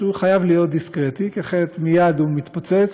שחייב להיות דיסקרטי, כי אחרת מייד הוא מתפוצץ,